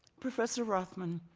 professor rothman,